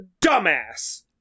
dumbass